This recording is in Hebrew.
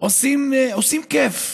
עושים כיף.